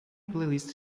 playlist